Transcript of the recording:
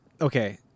Okay